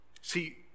See